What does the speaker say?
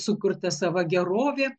sukurta sava gerovė